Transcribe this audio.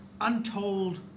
untold